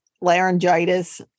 laryngitis